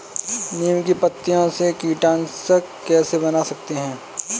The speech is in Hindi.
नीम की पत्तियों से कीटनाशक कैसे बना सकते हैं?